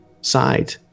side